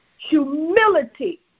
Humility